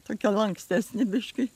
tokia lankstesnė biški